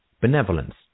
benevolence